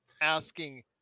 asking